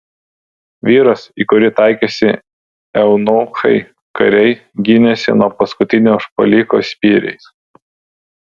vyras į kurį taikėsi eunuchai kariai gynėsi nuo paskutinio užpuoliko spyriais